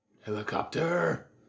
Helicopter